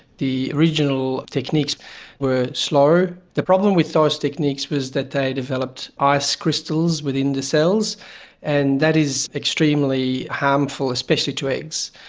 the original techniques were slow. the problem with those techniques was that they developed ice crystals within the cells and that is extremely harmful, especially to eggs.